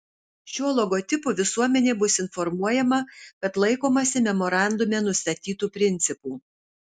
šiuo logotipu visuomenė bus informuojama kad laikomasi memorandume nustatytų principų